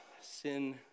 sin